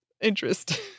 interest